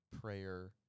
prayer